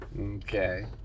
Okay